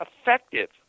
effective